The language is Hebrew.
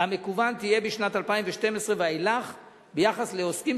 המקוון תהיה בשנת 2012 ואילך ביחס לעוסקים